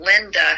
Linda